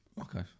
Okay